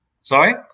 Sorry